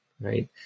right